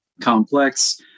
complex